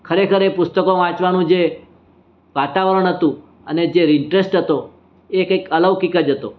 ખરેખર એ પુસ્તકો વાંચવાનું જે વાતાવરણ હતું અને જે ઈન્ટરેસ્ટ હતો એ કંઈ અલૌકિક જ હતો